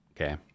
Okay